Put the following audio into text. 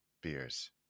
beers